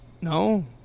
No